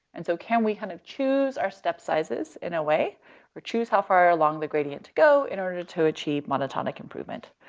and so can we kind of choose our step sizes in a way or choose how far along the gradient to go in order to achieve monotonic improvement.